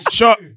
Shot